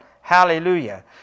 Hallelujah